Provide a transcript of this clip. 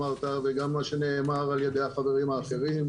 אמרת וגם מה שנאמר על ידי החברים האחרים,